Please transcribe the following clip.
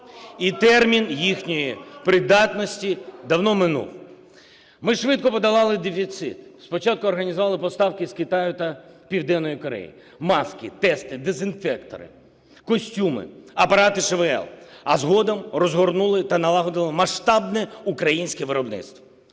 і термін їхньої придатності давно минув. Ми швидко подолали дефіцит, спочатку організували поставки з Китаю та Південної Кореї: маски, тести, дезінфектори, костюми, апарати ШВЛ, а згодом розгорнули та налагодили масштабне українське виробництво.